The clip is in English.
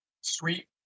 Sweet